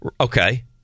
Okay